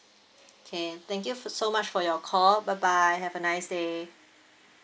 okay thank you for so much for your call bye bye have a nice day